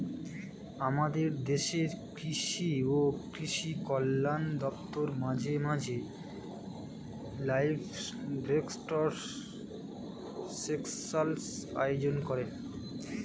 আমাদের দেশের কৃষি ও কৃষি কল্যাণ দপ্তর মাঝে মাঝে লাইভস্টক সেন্সাস আয়োজন করেন